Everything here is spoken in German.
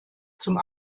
zum